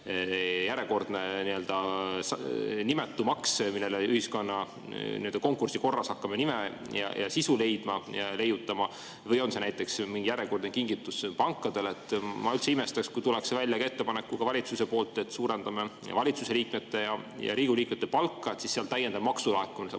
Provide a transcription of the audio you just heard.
nii-öelda nimetu maks, millele ühiskonnas konkursi korras hakkame nime ja sisu leiutama, või on see näiteks mingi järjekordne kingitus pankadele. Ma üldse ei imestaks, kui tullakse välja ka ettepanekuga valitsuse poolt, et suurendame valitsuse liikmete ja Riigikogu liikmete palka, et siis seal [tekkiv] täiendav maksulaekumine saab